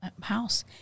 house